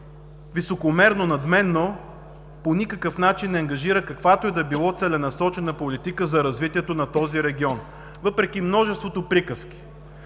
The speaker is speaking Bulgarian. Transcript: високомерно, надменно по никакъв начин не ангажира каквато и да било целенасочена политика за развитието на този регион въпреки множеството приказки.